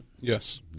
Yes